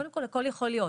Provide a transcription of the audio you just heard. קודם כל הכול יכול להיות.